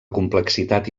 complexitat